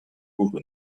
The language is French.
couvrent